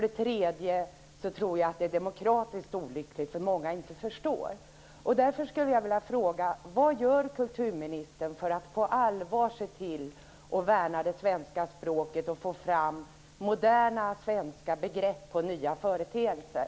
Dessutom tror jag att det är demokratiskt olyckligt, eftersom många inte förstår.